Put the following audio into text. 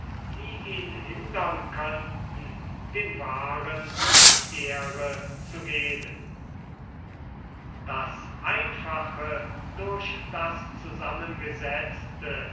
die ihn hindern könnten dem wahren die ehre zu geben das einfache durch das zusammengesetzte